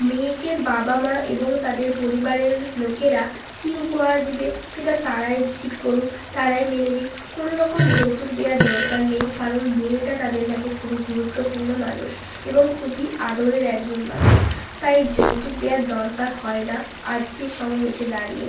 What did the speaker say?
মেয়েকে বাবা মা এবং তাদের পরিবারের লোকেরা কী উপহার দিবে সেটা তারাই ঠিক করুক তারাই মেনে নিক কোনো রকম যৌতুক দেয়ার দরকার নেই কারণ মেয়েটা তাদের কাচে খুবই গুরুত্বপূর্ণ মানুষ এবং খুবই আদরের একজন মানুষ তাই যৌতুক দেয়ার দরকার হয় না আজকের সময় এসে দাঁড়িয়ে